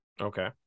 Okay